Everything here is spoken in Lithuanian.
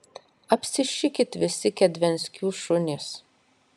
apsišikit visi kedvenckių šunys